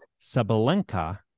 Sabalenka